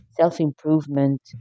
self-improvement